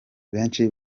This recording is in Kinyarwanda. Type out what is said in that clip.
benshi